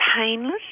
painless